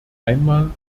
einmal